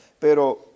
pero